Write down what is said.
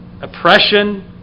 oppression